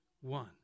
one